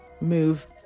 move